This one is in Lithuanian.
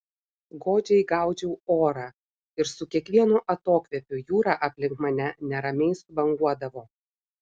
godžiai gaudžiau orą ir su kiekvienu atokvėpiu jūra aplink mane neramiai subanguodavo